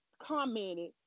commented